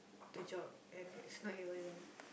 the job and it's not even